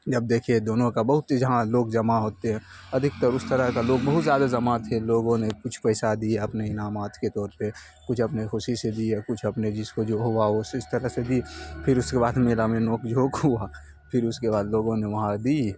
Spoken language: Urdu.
جب دیکھیے دونوں کا بہت ہی جہاں لوگ جمع ہوتے ہیں ادھکتر اس طرح کا لوگ بہت زیادہ جمع تھے لوگوں نے کچھ پیسہ دیا اپنے انعامات کے طور پہ کچھ اپنے خوشی شے دیے کچھ اپنے جس کو جو ہوا وہ اس طرح سے دی پھر اس کے بعد میلا میں نوک جھوک ہوا پھر اس کے بعد لوگوں نے وہاں دی